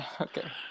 Okay